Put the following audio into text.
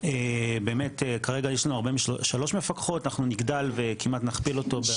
באמת כרגע יש לנו שלוש מפקחות אנחנו נגדל וכמעט נכפיל אותו.